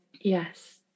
yes